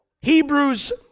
Hebrews